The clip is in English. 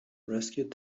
rescued